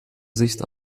sicht